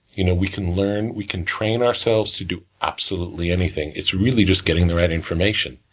you know we can learn, we can train ourselves to do absolutely anything, it's really just getting the right information.